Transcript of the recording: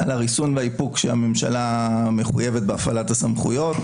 הריסון והאיפוק שהממשלה מחויבת בהפעלת הסמכויות